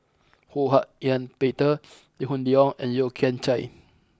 Ho Hak Ean Peter Lee Hoon Leong and Yeo Kian Chai